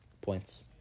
Points